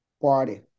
party